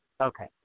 okay